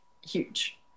huge